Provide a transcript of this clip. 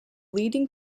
leading